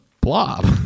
blob